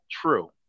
true